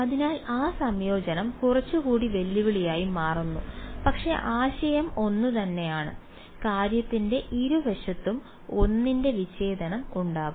അതിനാൽ ആ സംയോജനം കുറച്ചുകൂടി വെല്ലുവിളിയായി മാറുന്നു പക്ഷേ ആശയം ഒന്നുതന്നെയാണ് കാര്യത്തിന്റെ ഇരുവശത്തും ഒന്നിന്റെ വിച്ഛേദം ഉണ്ടാകും